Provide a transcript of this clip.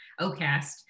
OCAST